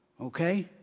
Okay